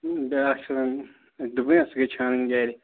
بیٛاکھ چھُ آسان دوٚپمَے نا سۅ گٔے چھانٕنۍ گَرِ